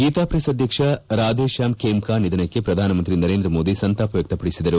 Geetha Press ಅಧ್ವಕ್ಷ ರಾಧೇಶ್ಯಾಮ್ಖೇಮ್ಕಾ ನಿಧನಕ್ಕೆ ಪ್ರಧಾನಮಂತ್ರಿ ನರೇಂದ್ರ ಮೋದಿ ಸಂತಾಪ ವ್ವಕ್ತಪಡಿಸಿದರು